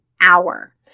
hour